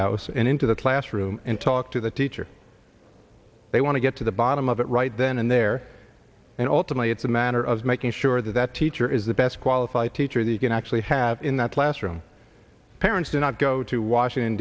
house and into the classroom and talk to the teacher they want to get to the bottom of it right then and there and ultimately it's a matter of making sure that that teacher is the best qualified teacher that you can actually have in that classroom parents do not go to washington